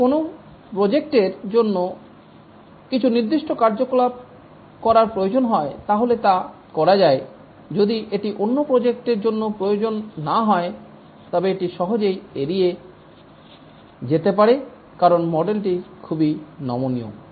যদি কোন প্রজেক্ট এর জন্য কিছু নির্দিষ্ট কার্যকলাপ করার প্রয়োজন হয় তাহলে তা করা যায় যদি এটি অন্য প্রজেক্টের জন্য প্রয়োজন না হয় তবে এটি সহজেই এড়িয়ে যেতে পারে কারণ মডেলটি খুবই নমনীয়